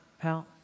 pal